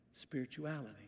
spirituality